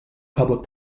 public